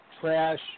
trash